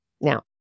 Now